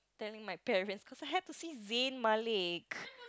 telling my parent because I have to see Zayn-Malik